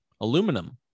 aluminum